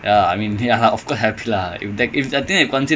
because because after that match